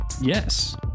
Yes